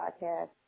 podcast